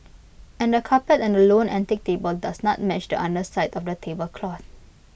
and the carpet and the lone antique table does not match the underside of the tablecloth